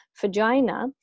vagina